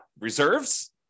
reserves